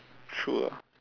true ah